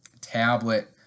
tablet